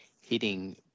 hitting